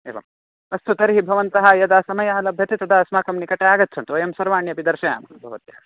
एवम् अस्तु तर्हि भवन्तः यदा समयः लभ्यते तदा अस्माकं निकटे आगच्छतु वयं सर्वाण्यपि दर्शयामः भवद्भ्यः